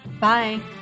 Bye